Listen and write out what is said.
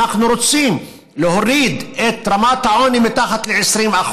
אנחנו רוצים להוריד את רמת העוני מתחת ל-20%,